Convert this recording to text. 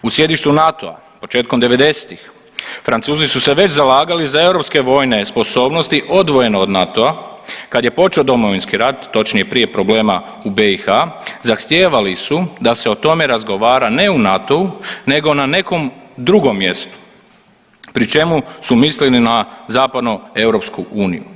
U sjedištu NATO-a početkom '90.-ih Francuzi su se veća zalagali za europske vojne sposobnosti odvojeno od NATO-a kad je počeo Domovinski rat, točnije prije problema u BiH zahtijevali su da se o tome razgovara ne u NATO-u nego na nekom drugom mjestu pri čemu su mislili na zapadnoeuropsku uniju.